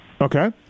Okay